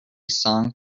song